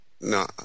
No